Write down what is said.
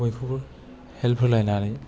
बयखौबो हेल्प होलायनानै